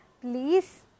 please